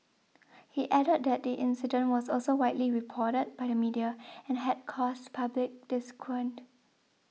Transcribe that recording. he added that the incident was also widely reported by the media and had caused public disquiet